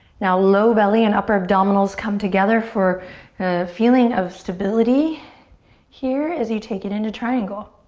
now low belly and upper abdominals come together for a feeling of stability here as you take it into triangle.